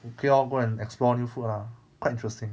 okay lor go and explore new food lah quite interesting